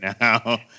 now